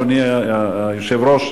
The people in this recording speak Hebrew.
אדוני היושב-ראש,